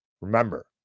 Remember